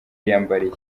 yiyambariye